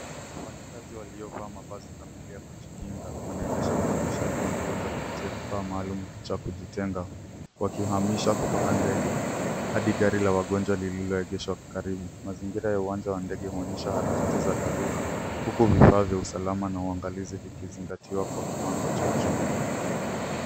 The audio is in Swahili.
Wafanyikazi waliovaa mavazi kamili ya kujikinga, wanaendesha uhamishaji wa mgonjwa kupitia kifaa maalum cha kujitenga, wakihamisha kutoka ndege hadi gari la wagonjwa lililoegeshwa karibu. Mazingira ya uwanja wa ndege huonyesha nyakati za dharura, huku vifaa vya usalama na ungalizi vikizingatiwa kwa kiwango cha juu.